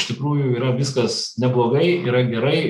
iš tikrųjų yra viskas neblogai yra gerai